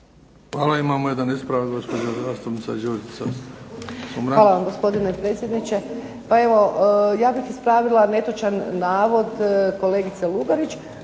Hvala vam gospodine predsjedniče. Pa evo, ja bih ispravila netočan navod kolegice Lugarić